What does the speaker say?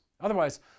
Otherwise